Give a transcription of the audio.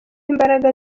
imbaraga